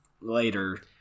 later